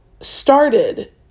started